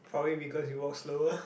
probably because you walk slower